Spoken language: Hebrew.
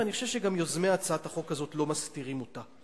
ואני חושב שגם יוזמי הצעת החוק הזאת לא מסתירים אותה.